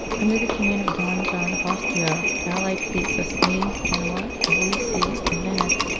under the command of don john of austria, the allied fleets of spain, genoa, the holy see, and venice,